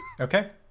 Okay